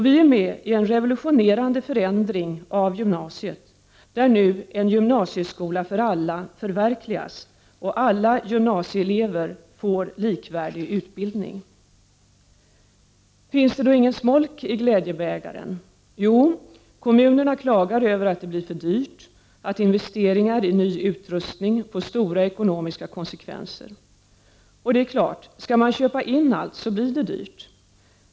Vi är med i en revolutionerande förändring av gymnasiet, där nu en gymnasieskola för alla förverkligas och alla gymnasielever får likvärdig utbildning. Finns det då inget smolk i glädjebägaren? Jo, kommunerna klagar över att det blir för dyrt, att investeringar i ny utrustning får stora ekonomiska konsekvenser. Och, det är klart, skall man köpa in allt blir det dyrt.